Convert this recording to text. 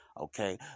Okay